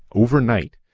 overnight,